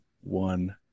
one